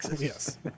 Yes